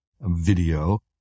video